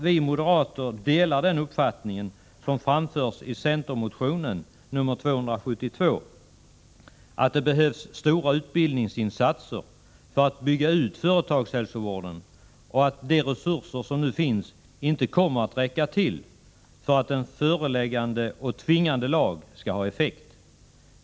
Vi moderater delar den uppfattning som framförs i centermotion 272, att det behövs stora utbildningsinsatser för att bygga ut företagshälsovården och att de resurser som finns inte kommer att räcka till för att en föreläggande och tvingande lag skall ha effekt.